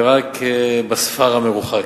ורק בספר המרוחק.